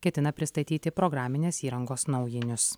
ketina pristatyti programinės įrangos naujinius